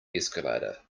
escalator